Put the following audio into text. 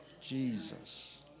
Jesus